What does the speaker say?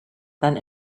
than